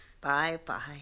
Bye-bye